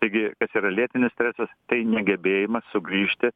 taigi kas yra lėtinis stresas tai negebėjimas sugrįžti